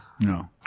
No